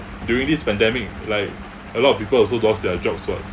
during this pandemic like a lot of people also lost their jobs [what]